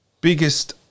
biggest